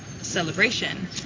celebration